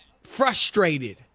frustrated